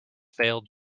failed